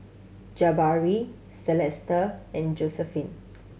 Jabari Celesta and Josiephine